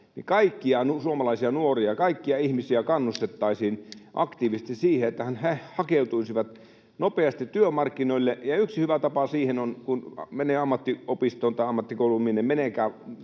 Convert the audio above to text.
niin kaikkia suomalaisia nuoria, kaikkia ihmisiä, kannustettaisiin aktiivisesti siihen, että he hakeutuisivat nopeasti työmarkkinoille. Yksi hyvä tapa siihen on, että kun menee ammattiopistoon tai ammattikouluun,